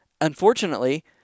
unfortunately